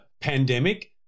pandemic